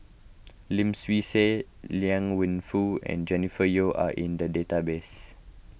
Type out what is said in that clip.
Lim Swee Say Liang Wenfu and Jennifer Yeo are in the database